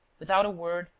without a word,